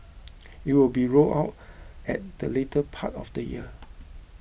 it will be rolled out at the later part of the year